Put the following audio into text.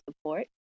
support